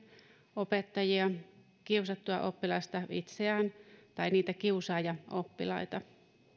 opettajia kiusattua oppilasta itseään tai niitä kiusaajaoppilaita